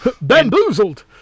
Bamboozled